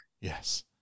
Yes